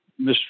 Mr